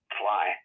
fly